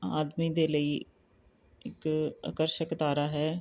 ਆਦਮੀ ਦੇ ਲਈ ਇੱਕ ਆਕਰਸ਼ਕ ਤਾਰਾ ਹੈ